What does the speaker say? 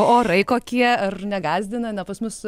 orai kokie ar negąsdina ne pas mus